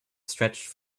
stretched